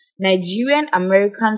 Nigerian-American